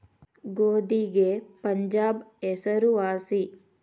ಗೋಧಿಗೆ ಪಂಜಾಬ್ ಹೆಸರು ವಾಸಿ